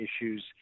issues